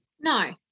no